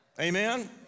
Amen